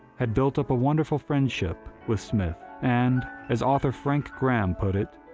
had built up a wonderful friendship with smith, and, as author frank graham put it,